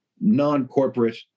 non-corporate